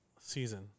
season